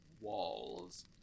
walls